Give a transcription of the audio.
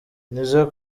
nizzo